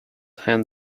hand